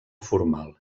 formal